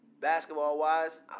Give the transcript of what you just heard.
basketball-wise